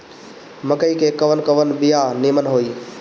मकई के कवन कवन बिया नीमन होई?